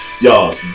y'all